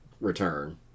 return